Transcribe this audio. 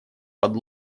под